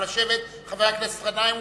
חבר הכנסת גנאים.